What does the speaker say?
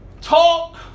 talk